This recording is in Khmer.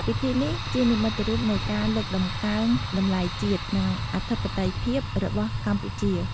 ពិធីនេះជានិមិត្តរូបនៃការលើកតម្កើងតម្លៃជាតិ និងអធិបតេយ្យភាពរបស់កម្ពុជា។